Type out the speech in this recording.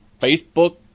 Facebook